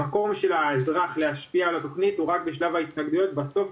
המקום של האזר היחיד להשפיע על התוכנית הוא רק בשלב ההתנגדויות בסוף,